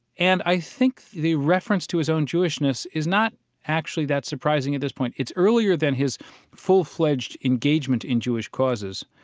and i think the reference to his own jewishness is not actually that surprising at this point. it's earlier than his full-fledged engagement in jewish causes,